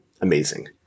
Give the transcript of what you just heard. amazing